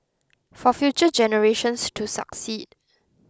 for future generations to succeed